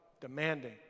demanding